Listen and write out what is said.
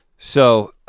so